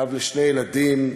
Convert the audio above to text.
אב לשני ילדים.